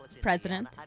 President